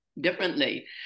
differently